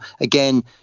again